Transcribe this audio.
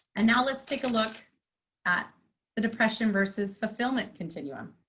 and now let's take a look at the depression versus fulfillment continuum.